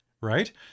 right